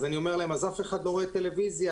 אני אומר להם שאף אחד לא רואה טלוויזיה.